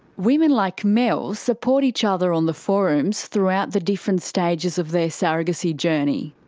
women like mel support each other on the forums throughout the different stages of their surrogacy journey.